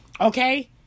Okay